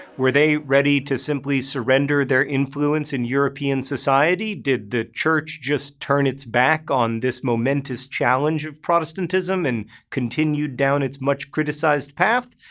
were they ready to simply surrender their influence in european society? did the church just turn its back on this momentous challenge of protestantism and continue down its much criticized path?